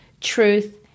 truth